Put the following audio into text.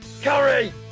Curry